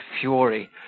fury